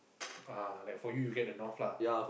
(uh huh) like for you you get the North lah